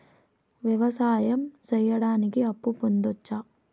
వ్యవసాయం సేయడానికి అప్పు పొందొచ్చా?